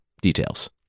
details